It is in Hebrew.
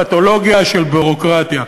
פתולוגיה של ביורוקרטיה.